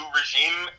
regime